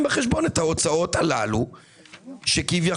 בחמשת עשירוני השכר העליונים יקבלו 3,500 שקל,